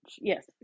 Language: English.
yes